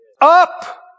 up